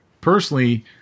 Personally